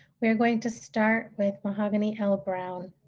we are going to start with mahogany l. browne.